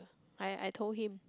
I I told him